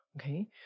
okay